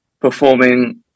performing